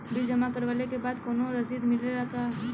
Bill जमा करवले के बाद कौनो रसिद मिले ला का?